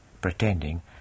pretending